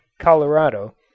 Colorado